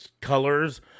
colors